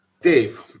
Dave